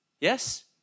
Yes